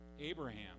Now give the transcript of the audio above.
Abraham